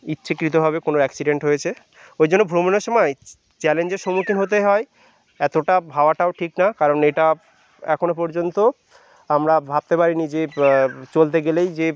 ইচ্ছাকৃতভাবে কোনো অ্যাক্সিডেন্ট হয়েছে ওই জন্য ভ্রমণের সময় চ্যালেঞ্জের সম্মুখীন হতে হয় এতোটা ভাবাটাও ঠিক না কারণ এটা একনো পর্যন্ত আমরা ভাবতে পারি নি যে চলতে গেলেই যে